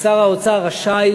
ששר האוצר רשאי